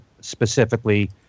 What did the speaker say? specifically